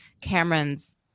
Cameron's